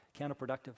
counterproductive